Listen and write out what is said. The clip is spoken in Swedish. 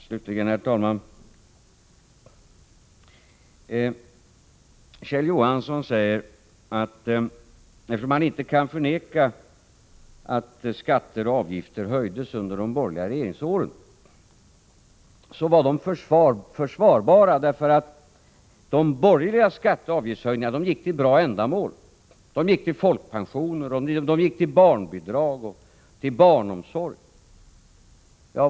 Slutligen, herr talman, vill jag kommentera Kjell Johanssons inlägg. Han sade, eftersom han inte kan förneka att skatter och avgifter höjdes under de borgerliga regeringsåren, att dessa höjningar var försvarbara. De borgerliga skatteoch avgiftshöjningarna gick nämligen till bra ändamål. De gick till folkpensioner, barnbidrag och barnomsorg.